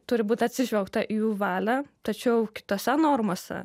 turi būt atsižvelgta į jų valią tačiau kitose normose